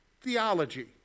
theology